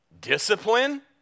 Discipline